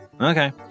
Okay